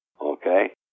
okay